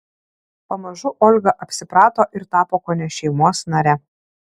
pamažu olga apsiprato ir tapo kone šeimos nare